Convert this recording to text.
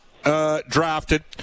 Drafted